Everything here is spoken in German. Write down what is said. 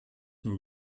nur